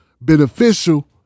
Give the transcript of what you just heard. beneficial